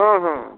ᱦᱮᱸ ᱦᱮᱸ